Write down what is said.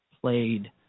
played